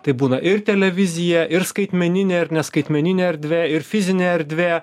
tai būna ir televizija ir skaitmeninė ir ne skaitmeninė erdvė ir fizinė erdvė